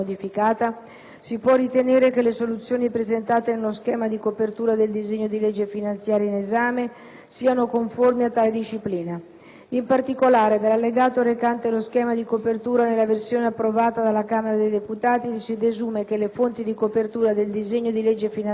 si può ritenere che le soluzioni presentate nello schema di copertura del disegno di legge finanziaria in esame siano conformi a tale disciplina. In particolare, dall'allegato recante lo schema di copertura nella versione approvata dalla Camera dei deputati si desume che le fonti di copertura del disegno di legge finanziaria